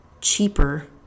cheaper